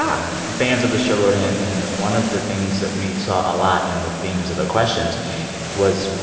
um and and fans of the show wrote in. and one of the things that we saw a lot in the themes of the questions was,